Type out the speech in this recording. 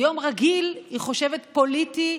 ביום רגיל היא חושבת פוליטי,